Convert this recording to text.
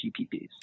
GPPs